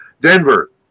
Denver